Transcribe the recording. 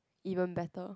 even better